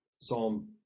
Psalm